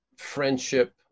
friendship